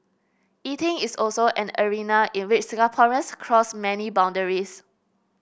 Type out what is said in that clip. eating is also an arena in which Singaporeans cross many boundaries